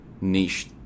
niche